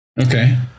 Okay